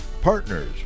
Partners